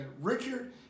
Richard